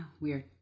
Weird